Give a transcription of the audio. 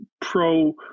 pro-